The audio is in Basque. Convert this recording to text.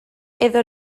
edo